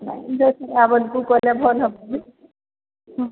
ନାଇଁ ଯେ ନୂଆବର୍ଷକୁ କଲେ ଭଲ ହେବ କି ହଁ